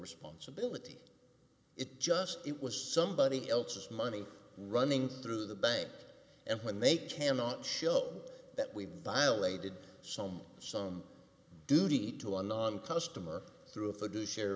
responsibility it just it was somebody else's money running through the bank and when they cannot show that we violated some some duty to our non customer through